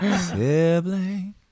Sibling